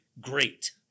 great